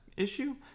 issue